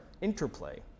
interplay